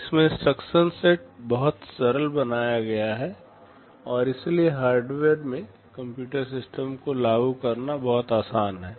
इसमें instruction set बहुत सरल बनाया गया है और इसलिए हार्डवेयर में कंप्यूटर सिस्टम को लागू करना बहुत आसान है